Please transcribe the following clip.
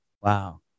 wow